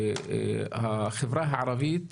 החברה הערבית